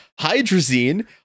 Hydrazine